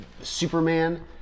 Superman